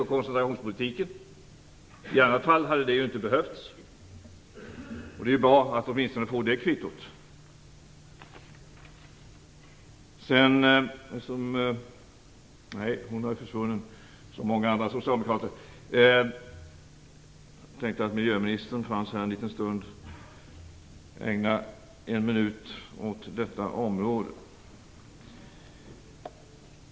I annat fall hade ju detta återställande inte behövts. Det är bra att få åtminstone det kvittot. Jag hade hoppats att miljöministern skulle stanna kvar här en liten stund, så att jag kunde ägna en minut åt hennes område, men hon har försvunnit ut liksom så många andra socialdemokrater.